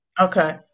Okay